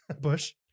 Bush